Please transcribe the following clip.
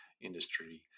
industry